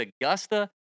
Augusta